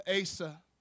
Asa